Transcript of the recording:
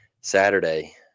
Saturday